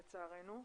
לצערנו.